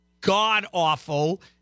god-awful